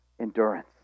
endurance